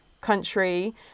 country